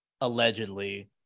allegedly